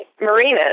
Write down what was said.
marinas